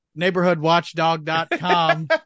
neighborhoodwatchdog.com